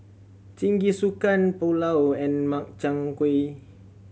Jingisukan Pulao and Makchang Gui